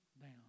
down